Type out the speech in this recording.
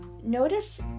Notice